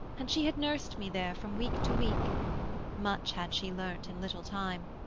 and she had nursed me there from week to week much had she learnt in little time.